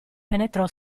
penetrò